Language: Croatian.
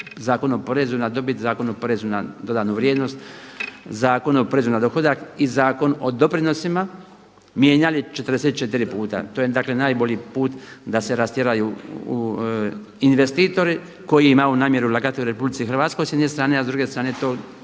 Zakona o porezu na dobit, Zakona o porezu na dodanu vrijednost, Zakona o porezu na dohodak i zakon o doprinosima mijenjali 44 puta. To je dakle najbolji put da se rastjeraju investitori koji imaju namjeru lagati u Republici Hrvatskoj s jedne strane, a s druge strane to